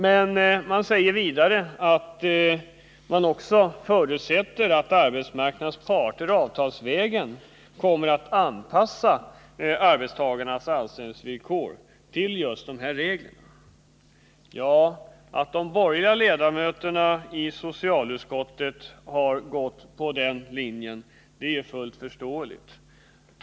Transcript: Men man förutsätter att arbetsmarknadens parter avtalsvägen kommer att anpassa arbetstagarnas anställningsvillkor till dessa regler. Att de borgerliga ledamöterna i socialutskottet har gått på den linjen är fullt förståeligt.